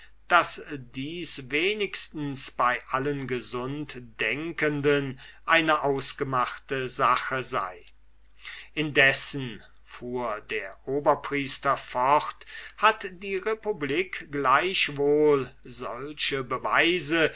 daß dies wenigstens bei allen gesunddenkenden eine ausgemachte sache sei indessen fuhr der oberpriester fort hat die republik gleichwohl solche beweise